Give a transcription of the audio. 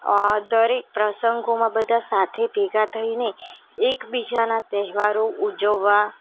દરેક પ્રસંગોમાં બધા સાથે ભેગા થઈને એક બીજાના તહેવારો ઉજવવા